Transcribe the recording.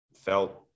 felt